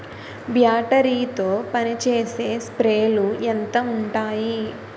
Battery తో పనిచేసే స్ప్రేలు ఎంత ఉంటాయి?